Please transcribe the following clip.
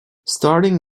starting